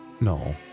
No